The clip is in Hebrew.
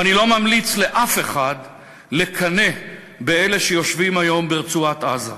ואני לא ממליץ לאף אחד לקנא באלה שיושבים היום ברצועת-עזה,